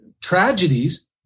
tragedies